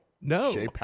No